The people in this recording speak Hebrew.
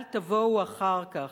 אל תבואו אחר כך,